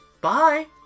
Bye